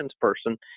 person